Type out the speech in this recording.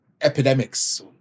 epidemics